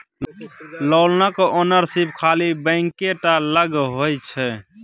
लोनक ओनरशिप खाली बैंके टा लग होइ छै